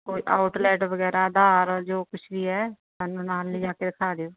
ਕੋਈ ਆਊਟਲੈਟ ਵਗੈਰਾ ਆਧਾਰ ਜੋ ਕੁਛ ਵੀ ਹੈ ਸਾਨੂੰ ਨਾਲ ਲਿਜਾ ਕੇ ਦਿਖਾ ਦਿਓ